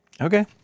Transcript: okay